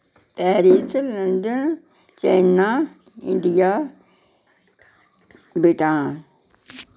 Paris London China India Bhutan